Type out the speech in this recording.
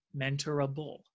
mentorable